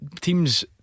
Teams